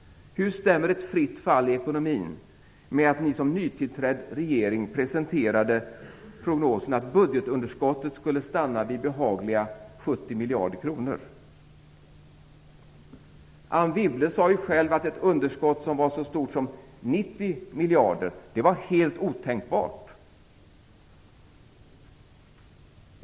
Hur stämmer ett fritt fall i ekonomin med att ni som nytillträdd regering presenterade prognosen att budgetunderskottet skulle stanna vid behagliga 70 miljarder kronor? Anne Wibble sade ju själv att ett underskott som var så stort som 90 miljarder var helt otänkbart.